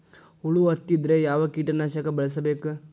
ಹುಳು ಹತ್ತಿದ್ರೆ ಯಾವ ಕೇಟನಾಶಕ ಬಳಸಬೇಕ?